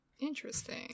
Interesting